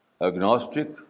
agnostic